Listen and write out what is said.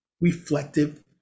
reflective